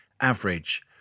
average